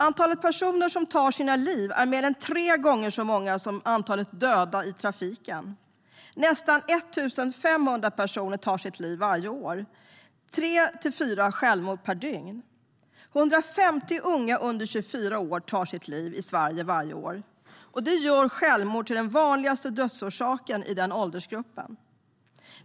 Antalet personer som tar sina liv är mer än tre gånger så stort som antalet dödade i trafiken. Nästan 1 500 personer tar sitt liv varje år. Det är 3-4 självmord per dygn. Det är 150 unga under 24 år som tar sitt liv i Sverige varje år. Det gör självmord till den vanligaste dödsorsaken i den åldersgruppen.